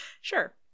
Sure